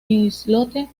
islote